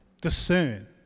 discern